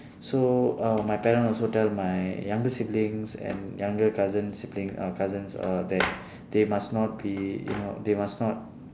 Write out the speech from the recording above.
so uh my parents also tell my younger siblings and younger cousin sibling uh cousin uh that they must not be you know they must not